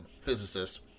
physicist